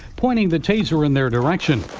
pointing the taser in their direction.